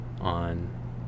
on